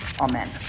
Amen